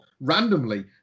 randomly